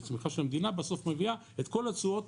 כשהצמיחה של המדינה בסוף מביאה את כל התשואות